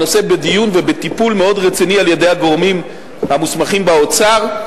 הנושא בדיון ובטיפול מאוד רציני על-ידי הגורמים המוסמכים באוצר.